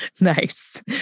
Nice